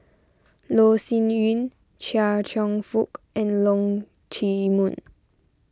Loh Sin Yun Chia Cheong Fook and Leong Chee Mun